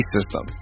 System